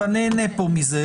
אתה נהנה פה מזה,